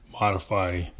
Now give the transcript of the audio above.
modify